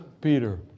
Peter